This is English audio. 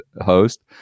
host